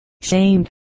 shamed